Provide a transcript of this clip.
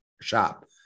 shop